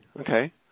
Okay